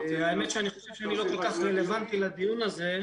האמת היא שאני חושב שאני לא כל כך רלוונטי לדיון הזה,